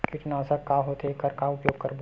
कीटनाशक का होथे एखर का उपयोग करबो?